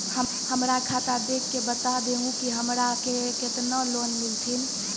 हमरा खाता देख के बता देहु के हमरा के केतना लोन मिलथिन?